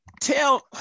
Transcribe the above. tell